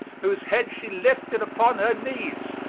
whose head she lifted upon her knees,